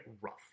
rough